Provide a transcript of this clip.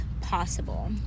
possible